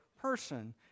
person